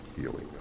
healing